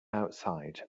outside